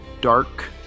dark